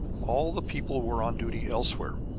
all the people were on duty elsewhere.